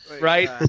right